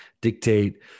dictate